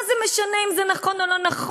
מה זה משנה אם זה נכון או לא נכון?